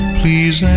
please